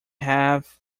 have